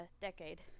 decade